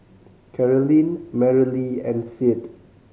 Carolyne Merrilee and Sid